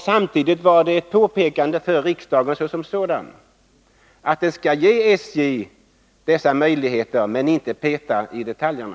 Samtidigt var reservationen ett påpekande för riksdagen som sådan om att den skall ge SJ dessa möjligheter men inte peta i detaljerna.